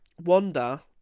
Wanda